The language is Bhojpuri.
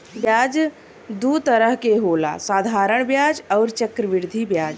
ब्याज दू तरह के होला साधारण ब्याज अउरी चक्रवृद्धि ब्याज